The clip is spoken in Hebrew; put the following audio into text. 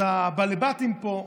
אז ה"בעלי בתים" פה,